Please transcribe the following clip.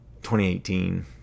2018